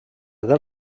del